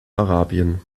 arabien